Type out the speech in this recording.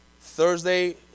Thursday